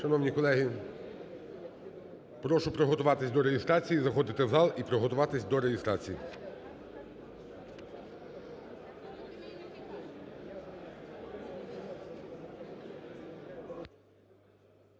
Шановні колеги! Прошу приготуватись до реєстрації. Заходити в зал і приготуватись до реєстрації.